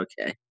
okay